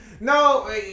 No